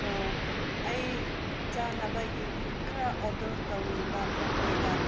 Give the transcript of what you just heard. ꯑꯩ ꯆꯥꯅꯕꯒꯤ ꯈꯔ ꯑꯣꯔꯗꯔ ꯇꯧꯅꯤꯡꯕ ꯅꯈꯣꯏꯗ